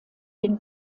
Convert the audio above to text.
den